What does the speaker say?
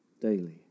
daily